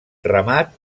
remat